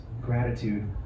gratitude